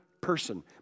person